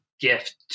gift